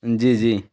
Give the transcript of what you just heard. जी जी